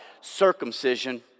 Circumcision